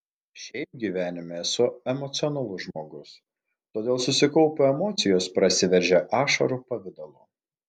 šiaip gyvenime esu emocionalus žmogus todėl susikaupę emocijos prasiveržia ašarų pavidalu